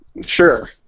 Sure